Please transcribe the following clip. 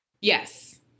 yes